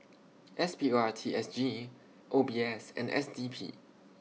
S P O R T S G O B S and S D P